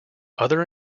other